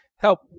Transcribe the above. Help